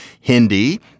Hindi